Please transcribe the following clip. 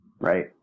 Right